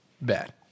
bad